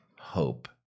hope